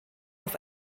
auf